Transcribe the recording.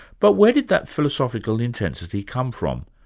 but where did that philosophical intensity come from?